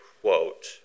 quote